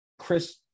chris